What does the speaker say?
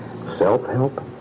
Self-help